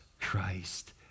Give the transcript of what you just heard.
Christ